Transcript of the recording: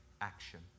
action